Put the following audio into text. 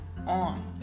on